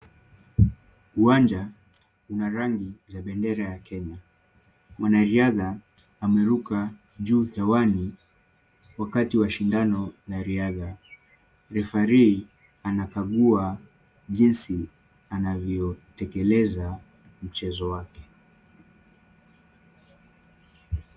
Uwanja una rangi ya bendera ya Kenya. Mwanariadha ameruka juu hewani wakati wa shindano la riadha. Referee anakagua jinsi anavyotekeleza mchezo wake.